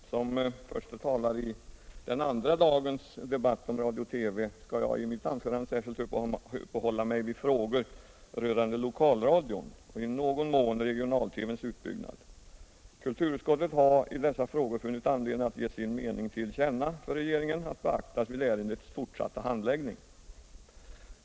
Herr talman! Som förste talare i den andra dagens debatt om radio-TV skall jag i mitt anförande särskilt uppehålla mig vid frågor rörande lokalradion och i någon mån regional-TV:s utbyggnad. Kulturutskottet har i dessa frågor funnit anledning att ge sin mening till känna för regeringen att beaktas vid ärendets fortsatta handläggning.